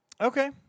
Okay